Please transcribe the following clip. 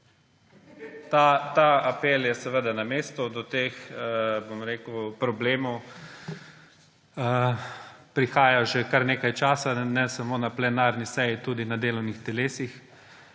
Ta apel je seveda na mestu. Do teh problemov prihaja že kar nekaj časa, ne samo na plenarnih sejah, tudi na sejah delovnih teles.